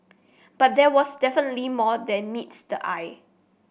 but there was definitely more than meets the eye